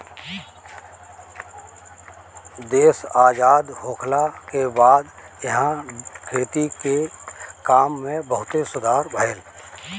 देश आजाद होखला के बाद इहा खेती के काम में बहुते सुधार भईल